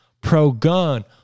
pro-gun